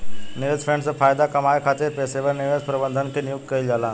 निवेश फंड से फायदा कामये खातिर पेशेवर निवेश प्रबंधक के नियुक्ति कईल जाता